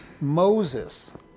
Moses